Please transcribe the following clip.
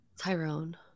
Tyrone